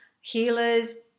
healers